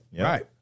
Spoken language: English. Right